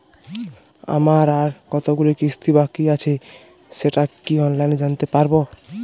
আমার আর কতগুলি কিস্তি বাকী আছে সেটা কি অনলাইনে জানতে পারব?